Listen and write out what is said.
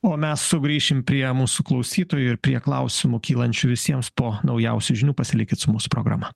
o mes sugrįšim prie mūsų klausytojų ir prie klausimų kylančių visiems po naujausių žinių pasilikit su mūsų programa